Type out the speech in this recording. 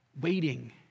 waiting